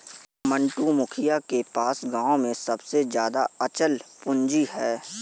मंटू, मुखिया के पास गांव में सबसे ज्यादा अचल पूंजी है